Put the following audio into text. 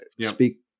speak